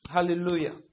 Hallelujah